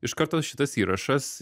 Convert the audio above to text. iš karto šitas įrašas